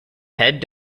head